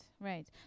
right